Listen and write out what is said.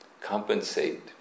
compensate